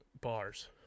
Bars